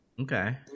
Okay